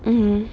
um